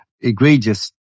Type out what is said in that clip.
egregious